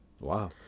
Wow